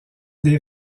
des